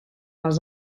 les